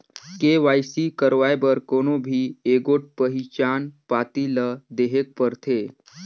KYC करवाए बर कोनो भी एगोट पहिचान पाती ल देहेक परथे